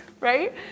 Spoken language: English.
right